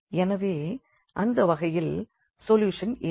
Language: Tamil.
எனவே இந்த வகையில் சொல்யூஷன் இல்லை